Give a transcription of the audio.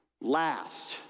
last